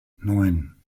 neun